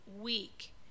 week